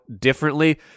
differently